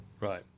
Right